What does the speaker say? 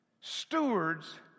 stewards